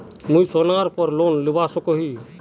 मुई सोनार पोर लोन लुबा सकोहो ही?